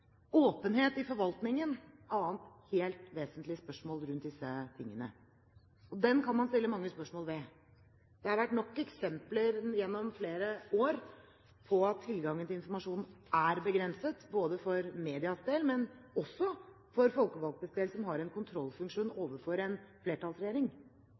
Åpenhet i forvaltningen er et annet helt vesentlig spørsmål når det gjelder disse tingene. Det kan man stille mange spørsmål ved. Det har vært nok eksempler gjennom flere år på at tilgangen til informasjon er begrenset, både for medias del og for folkevalgtes del, som har en kontrollfunksjon overfor en flertallsregjering.